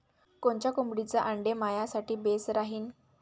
कोनच्या कोंबडीचं आंडे मायासाठी बेस राहीन?